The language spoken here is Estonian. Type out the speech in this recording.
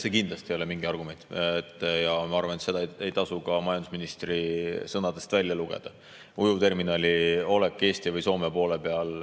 See kindlasti ei ole mingi argument. Ma arvan, et seda ei tasu ka majandusministri sõnadest välja lugeda. Ujuvterminali olek Eesti või Soome poole peal